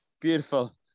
Beautiful